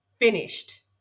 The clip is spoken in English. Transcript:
finished